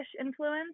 influence